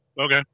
Okay